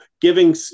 giving